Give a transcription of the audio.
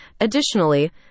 Additionally